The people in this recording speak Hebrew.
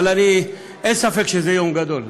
אבל אין ספק שזה יום גדול,